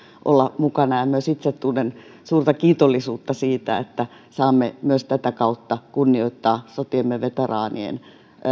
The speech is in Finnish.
olla mukana ja myös itse tunnen suurta kiitollisuutta siitä että saamme myös tätä kautta kunnioittaa sotiemme veteraanien